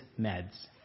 meds